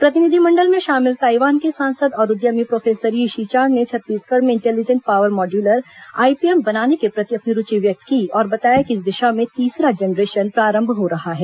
प्रतिनिधिमंडल में शामिल ताईवान के सांसद और उद्यमी प्रोफेसर यीशी चांग ने छत्तीसगढ़ में इंटेलिजेंट पावर माड्यूलर आईपीएम बनाने के प्रति अपनी रूचि व्यक्त की और बताया कि इस दिशा में तीसरा जनरेशन प्रारंभ हो रहा है